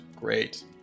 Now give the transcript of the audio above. Great